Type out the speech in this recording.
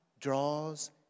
draws